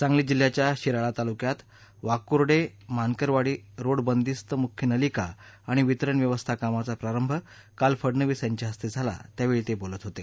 सांगली जिल्ह्याच्या शिराळा तालुक्यात वाकुर्डे मानकरवाडी रेड बंदिस्त मुख्य नलिका आणि वितरण व्यवस्था कामाचा प्रारंभ काल फडनवीस यांच्या हस्ते झाला त्यावेळी ते बोलत होते